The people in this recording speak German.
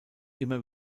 immer